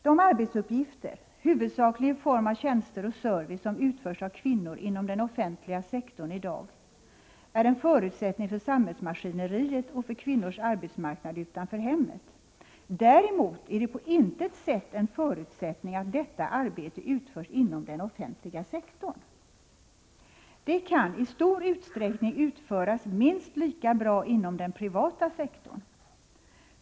De arbetsuppgifter, huvudsakligen i form av tjänster och service, som utförs av kvinnor inom den offentliga sektorn i dag är en förutsättning för samhällsmaskineriet och för kvinnors arbetsmarknad utanför hemmet. Däremot är det på intet sätt en förutsättning att detta arbete utförs inom den offentliga sektorn. Det kani stor utsträckning utföras minst lika bra inom den privata sektorn.